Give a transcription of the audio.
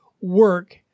work